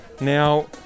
Now